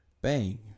bang